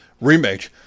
remake